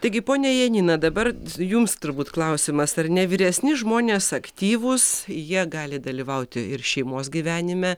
taigi ponia janina dabar jums turbūt klausimas ar ne vyresni žmonės aktyvūs jie gali dalyvauti ir šeimos gyvenime